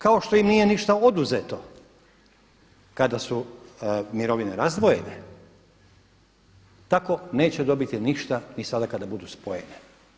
Kao što im nije ništa oduzeto kada su mirovine razdvojene, tako neće dobiti ništa ni sada kad budu spojene.